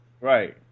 right